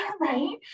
right